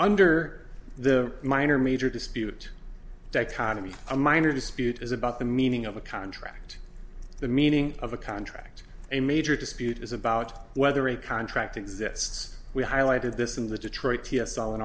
under the minor major dispute dichotomy a minor dispute is about the meaning of a contract the meaning of a contract a major dispute is about whether a contract exists we highlighted this in the detroit ts